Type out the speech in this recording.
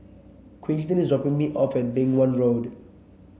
Quinton is dropping me off at Beng Wan Road